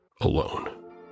alone